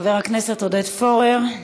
חבר הכנסת עודד פורר,